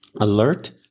alert